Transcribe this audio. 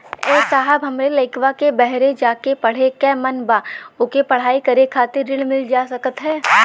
ए साहब हमरे लईकवा के बहरे जाके पढ़े क मन बा ओके पढ़ाई करे खातिर ऋण मिल जा सकत ह?